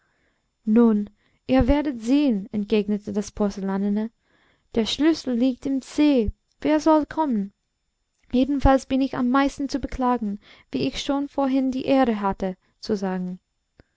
nun ihr werdet sehn entgegnete das porzellanene der schlüssel liegt im see wer soll kommen jedenfalls bin ich am meisten zu beklagen wie ich schon vorhin die ehre hatte zu sagen